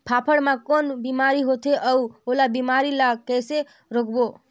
फाफण मा कौन बीमारी होथे अउ ओला बीमारी ला कइसे रोकबो?